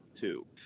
two